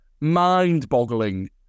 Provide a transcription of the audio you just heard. mind-boggling